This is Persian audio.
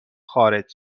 خارج